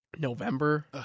November